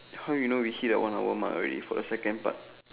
how you know we hit the one hour mark already for the second part